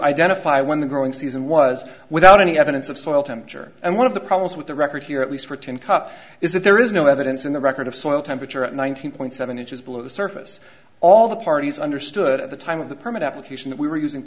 identify when the growing season was without any evidence of soil temperature and one of the problems with the record here at least for tin cup is that there is no evidence in the record of soil temperature at one thousand point seven inches below the surface all the parties understood at the time of the permit application that we were using